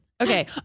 Okay